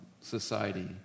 society